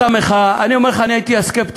אותה מחאה, אני אומר לך, אני הייתי מהסקפטיים.